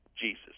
jesus